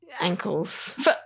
Ankles